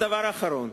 דבר אחרון: